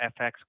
FX